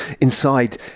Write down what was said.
inside